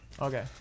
Okay